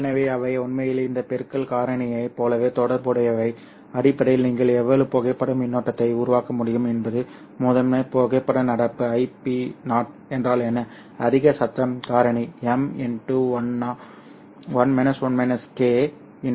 எனவே அவை உண்மையில் இந்த பெருக்கல் காரணியைப் போலவே தொடர்புடையவை அடிப்படையில் நீங்கள் எவ்வளவு புகைப்பட மின்னோட்டத்தை உருவாக்க முடியும் என்பது முதன்மை புகைப்பட நடப்பு Ip0 என்றால் என்ன அதிக சத்தம் காரணி M 1 2 M 2